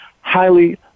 highly